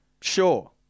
Sure